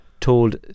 told